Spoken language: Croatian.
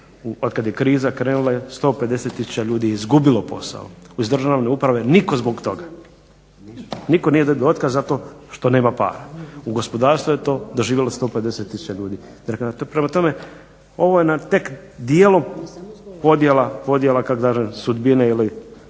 otkad je kriza krenula 150 tisuća ljudi je izgubilo posao iz državne uprave nitko zbog toga. Nitko nije dobio otkaz zato što nema para. U gospodarstvu je to doživjelo 150 tisuća ljudi. Prema tome ovo je na tek dijelom podjela kako da